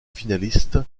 finaliste